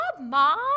mom